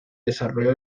desarrollo